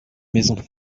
maison